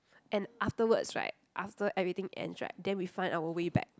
and afterwards right after everything ends right then we find our way back